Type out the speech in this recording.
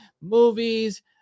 movies